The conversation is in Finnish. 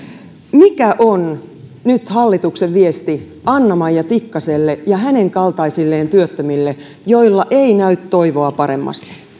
mikä on nyt hallituksen viesti anna maija tikkaselle ja hänen kaltaisilleen työttömille joilla ei näy toivoa paremmasta